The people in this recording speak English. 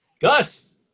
Gus